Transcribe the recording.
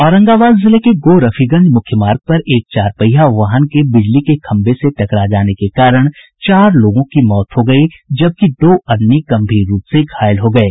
औरंगाबाद जिले के गोह रफीगंज मुख्य मार्ग पर एक चार पहिया वाहन के बिजली के खंभे से टकरा जाने के कारण चार लोगों की मौत हो गयी जबकि दो अन्य गंभीर रूप से घायल हो गये